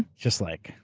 just like,